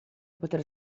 poter